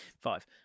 five